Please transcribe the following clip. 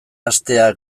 hastea